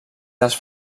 dels